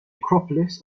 acropolis